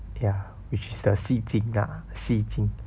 ya which is the 西京 lah the 西京